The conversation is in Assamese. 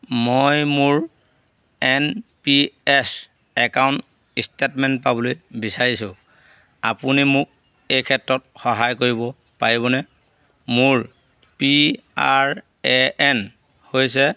মই মোৰ N P S account statement পাবলৈ বিচাৰিছো আপুনি মোক এই ক্ষেত্ৰত সহায় কৰিব পাৰিবনে মোৰ পি আৰ এ এন হৈছে